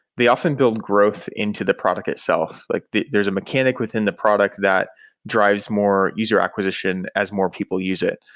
they often build growth into the product itself. like there's a mechanic within the product that drives more user acquisition as more people use it.